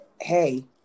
Hey